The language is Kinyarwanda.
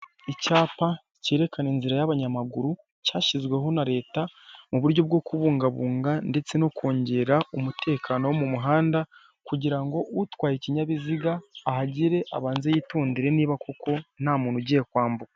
Icyapa cyerekana inzira y'abanyamaguru cyashizweho na leta, mu buryo bwo kubungabunga ndetse no kongera umutekano wo mu muhanda kugira ngo utwaye ikinyabiziga ahagere abanze yitondere niba koko ntamuntu ugiye kwambuka.